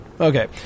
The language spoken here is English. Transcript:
Okay